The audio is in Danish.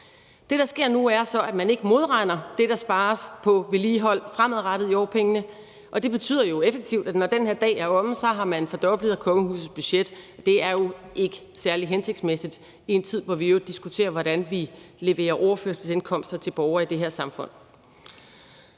Det, der sker nu, er så, at man ikke modregner det, der spares på vedligehold, fremadrettet i årpengene, og det betyder jo effektivt, at når den her dag er omme, har man fordoblet kongehusets budget. Det er jo ikke særlig hensigtsmæssigt i en tid, hvor vi i øvrigt diskuterer, hvordan vi leverer overførselsindkomster til borgere i det her samfund.